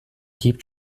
keep